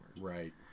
Right